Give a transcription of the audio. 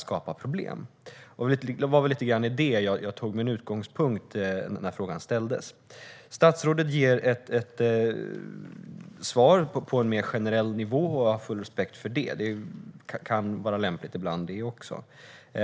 Det var lite grann i det jag tog min utgångspunkt när jag ställde frågan. Statsrådet ger ett svar på en mer generell nivå, och jag har full respekt för det. Det kan vara lämpligt ibland.